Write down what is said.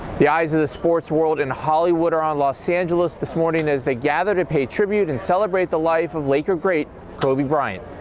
the eyes of the sports world in hollywood around los angeles this morning as they gather to pay tribute and celebrate the life of lake are great kobe pay